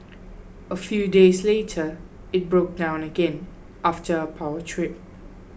a few days later it broke down again after a power trip